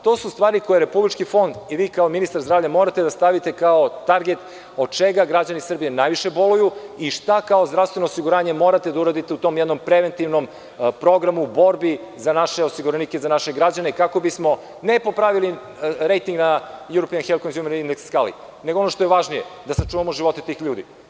To su stvari koje Republički fond i vi kao ministar zdravlja morate da stavite kao target od čega građani Srbije najviše boluju i šta kao zdravstveno osiguranje morate da uradite utom jednom preventivnom programu u borbi za naše osiguranike, za naše građane kako bismo, ne popravili rejting na „European Health Consumer Index“ skali, nego ono što je važnije, da sačuvamo živote tih ljudi.